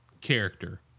character